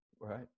Right